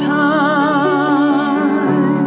time